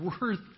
worth